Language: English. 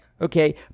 Okay